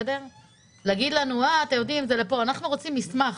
להגיד לנו אנחנו רוצים מסמך.